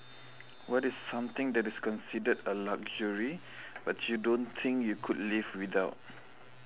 what is something that is considered a luxury but you don't think you could live without